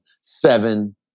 seven